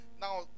Now